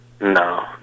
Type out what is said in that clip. No